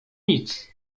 nic